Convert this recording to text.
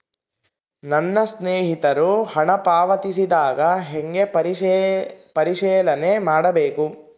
ನನ್ನ ಸ್ನೇಹಿತರು ಹಣ ಪಾವತಿಸಿದಾಗ ಹೆಂಗ ಪರಿಶೇಲನೆ ಮಾಡಬೇಕು?